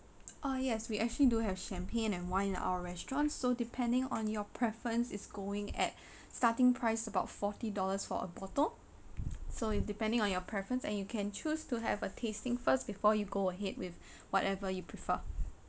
uh yes we actually do have champagne and wine in our restaurants so depending on your preference is going at starting price about forty dollars for a bottle so it depending on your preference and you can choose to have a tasting first before you go ahead with whatever you prefer